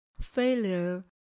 failure